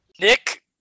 Nick